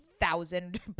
Thousand